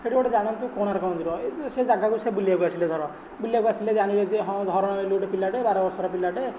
ହେଇଟି ଗୋଟେ ଜାଣନ୍ତୁ କୋଣାର୍କ ମନ୍ଦିର ଏଇ ଯେ ସେ ଜାଗାକୁ ସେ ବୁଲିବାକୁ ଆସିଲେ ଧର ବୁଲିବାକୁ ଆସିଲେ ସେ ଜାଣିବେ ଯେ ହଁ ଧରମା ବୋଲି ଗୋଟେ ପିଲାଟେ ବାରବର୍ଷର ପିଲାଟେ